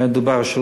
היה מדובר על ארבע,